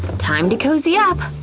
time to cozy up.